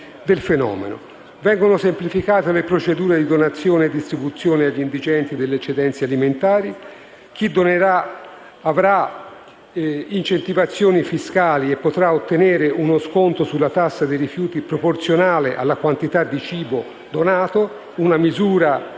Vengono semplificate le procedure di donazione e distribuzione agli indigenti delle eccedenze alimentari. Chi donerà avrà incentivazioni fiscali e potrà ottenere uno sconto sulla tassa dei rifiuti proporzionale alla quantità di cibo donato. Si tratta di una